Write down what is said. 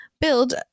build